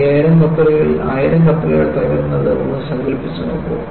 5000 കപ്പലുകളിൽ 1000 കപ്പലുകൾ തകരുന്നത് ഒന്നു സങ്കൽപ്പിച്ചു നോക്കൂ